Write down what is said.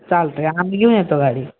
चालतं आहे आम्ही घेऊन येतो गाडी